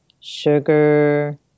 sugar